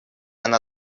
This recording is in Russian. она